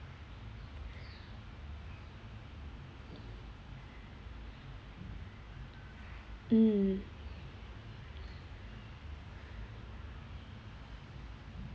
mm